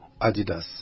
Adidas